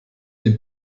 die